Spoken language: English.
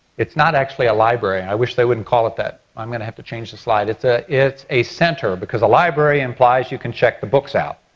it's not actually a library. i wish they wouldn't call it that. i'm gonna have to change the slide. it's ah it's a center because a library implies that you can check the books out.